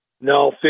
No